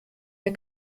der